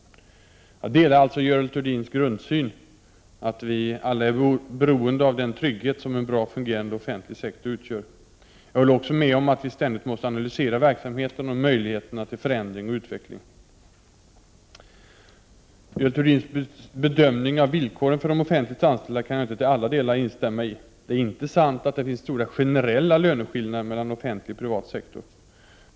Jag delar alltså Görel Thurdins grundsyn att vi alla är beroende av den trygghet som en bra fungerande offentlig sektor utgör. Jag håller också med om att vi ständigt måste analysera verksamheten och möjligheterna till förändring och utveckling. Görel Thurdins bedömning av villkoren för de offentligt anställda kan jag inte till alla delar instämma i. Det är inte sant att det finns stora generella löneskillnader mellan offentlig och privat sektor.